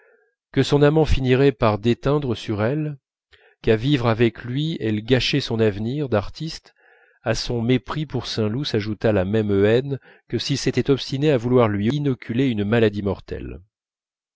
que son amant finirait par déteindre sur elle qu'à vivre avec lui elle gâchait son avenir d'artiste à son mépris pour saint loup s'ajouta la même haine que s'il s'était obstiné à vouloir lui inoculer une maladie mortelle